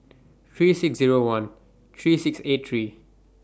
three six Zero one three six eight three